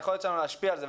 היכולת שלנו להשפיע על זה.